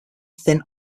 thin